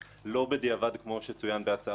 לא בדיעבד, כפי שצוין בהצעת החוק